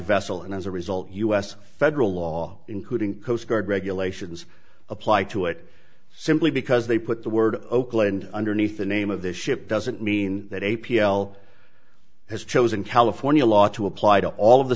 vessel and as a result u s federal law including coast guard regulations apply to it simply because they put the word oakland underneath the name of the ship doesn't mean that a p l has chosen california law to apply to all of the